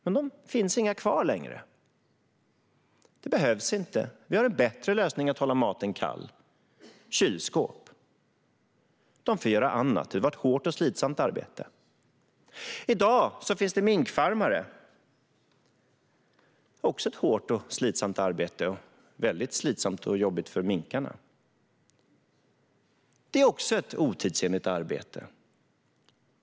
Det finns inte längre några kvar. De behövs inte. Vi har en bättre lösning att hålla maten kall: kylskåp. De fick göra annat. Det var ett hårt och slitsamt arbete. I dag finns det minkfarmare. Det är också ett hårt och slitsamt arbete, och det är väldigt slitsamt och jobbigt för minkarna. Det är också ett otidsenligt arbete.